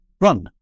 run